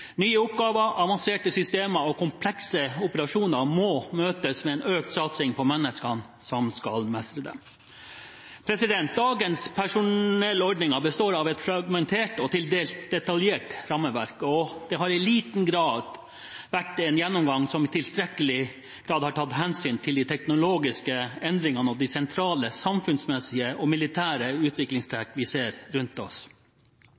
Nye oppgaver, avanserte systemer og komplekse operasjoner må møtes med en økt satsing på menneskene som skal mestre dem. Dagens personellordninger består av et fragmentert og til dels detaljert rammeverk, og det har i liten grad vært en gjennomgang som i tilstrekkelig grad har tatt hensyn til de teknologiske endringene og de sentrale samfunnsmessige og militære utviklingstrekk vi ser rundt oss.